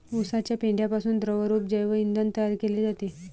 उसाच्या पेंढ्यापासून द्रवरूप जैव इंधन तयार केले जाते